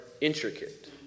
intricate